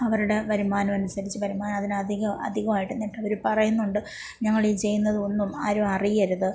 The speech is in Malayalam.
അവരുടെ വരുമാനം അനുസരിച്ച് വരുമാനത്തിനധികം അധികമായിട്ട് മറ്റുള്ളവർ പറയുന്നുണ്ട് ഞങ്ങളീ ചെയ്യുന്നത് ഒന്നും ആരും അറിയരുത്